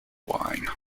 wine